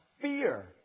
fear